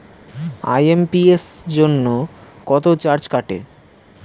IMPS জন্য কত charge কাটে?